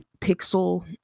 pixel